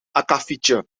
akkefietje